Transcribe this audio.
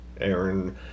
Aaron